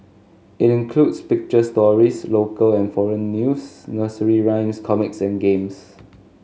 it includes picture stories local and foreign news nursery rhymes comics and games